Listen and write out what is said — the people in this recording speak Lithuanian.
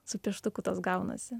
su pieštuku tas gaunasi